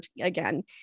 again